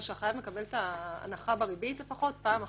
שהחייב מקבל את ההנחה בריבית לפחות פעם אחת.